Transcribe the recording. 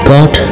God